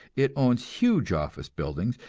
it owns huge office buildings,